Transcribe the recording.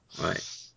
Right